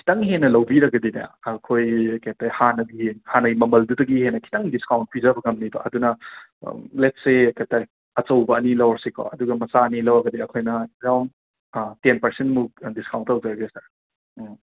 ꯈꯤꯇꯪ ꯍꯦꯟꯅ ꯂꯧꯕꯤꯔꯒꯗꯤꯅꯦ ꯑꯩꯈꯣꯏ ꯀꯩ ꯍꯥꯏꯇꯥꯔꯦ ꯍꯥꯅꯒꯤ ꯍꯥꯅꯒꯤ ꯃꯃꯜꯗꯨꯗꯒꯤ ꯍꯦꯟꯅ ꯈꯤꯇꯪ ꯗꯤꯁꯀꯥꯎꯟꯠ ꯄꯤꯖꯕ ꯉꯝꯅꯦꯕ ꯑꯗꯨꯅ ꯂꯦꯠ ꯁꯦ ꯀꯩ ꯍꯥꯏꯇꯥꯔꯦ ꯑꯆꯧꯕ ꯑꯅꯤ ꯂꯧꯔꯁꯤꯀꯣ ꯑꯗꯨꯒ ꯃꯆꯥ ꯑꯅꯤ ꯂꯧꯔꯒꯗꯤ ꯑꯩꯈꯣꯏꯅ ꯑꯔꯥꯎꯟ ꯇꯦꯟ ꯄꯔꯁꯦꯟꯠꯃꯨꯛ ꯗꯤꯁꯀꯥꯎꯟꯠ ꯇꯧꯖꯔꯒꯦ ꯁꯔ ꯎꯝ